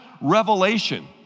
Revelation